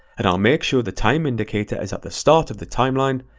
and i'll make sure the time indicator is at the start of the timeline,